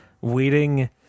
waiting